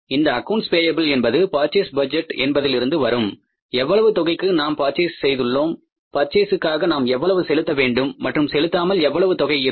இந்த அக்கவுண்ட்ஸ் பேயப்பில் என்பது பர்சேஸ் பட்ஜெட் என்பதில் இருந்து வரும் எவ்வளவு தொகைக்கு நாம் பர்ச்சேஸ் செய்துள்ளோம் பர்சேசுக்காக நாம் எவ்வளவு செலுத்த வேண்டும் மற்றும் செலுத்தாமல் எவ்வளவு தொகை இருக்கும்